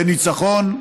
בניצחון,